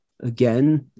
Again